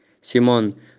Simon